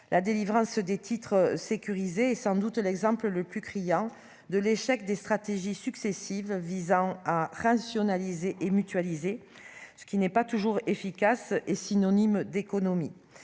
la délivrance des titres sécurisés et sans doute l'exemple le plus criant de l'échec des stratégies successives visant à rationaliser et mutualiser ce qui n'est pas toujours efficace est synonyme d'économies